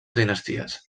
dinasties